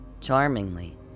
charmingly